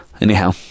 Anyhow